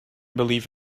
believe